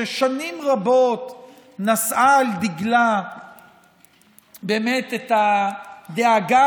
ששנים רבות נשאה על דגלה באמת את הדאגה